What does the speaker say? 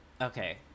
okay